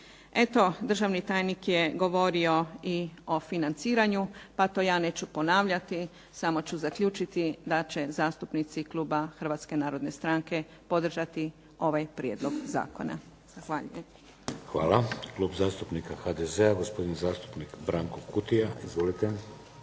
Eto, državni tajnik je govorio i o financiranju, pa to ja neću ponavljati, samo ću zaključiti da će zastupnici kluba Hrvatske narodne stranke podržati ovaj prijedlog zakona. Zahvaljujem. **Šeks, Vladimir (HDZ)** Hvala. Klub zastupnika HDZ-a, gospodin zastupnik Branko Kutija. Izvolite.